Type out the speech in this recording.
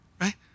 right